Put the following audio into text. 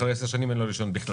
אחרי 10 שנים אין לו רישיון בכלל?